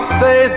say